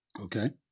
Okay